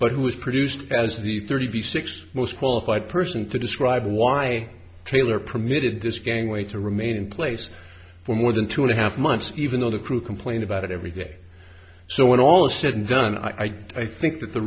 but who was produced as the thirty six most qualified person to describe why trailer permitted this gangway to remain in place for more than two and a half months even though the crew complained about it every day so when all is said and done i think that the